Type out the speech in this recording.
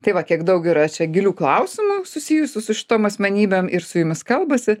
tai va kiek daug yra čia gilių klausimų susijusių su šitom asmenybėm ir su jumis kalbasi